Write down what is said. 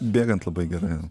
bėgant labai gerai